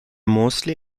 mostly